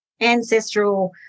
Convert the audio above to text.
ancestral